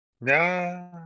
No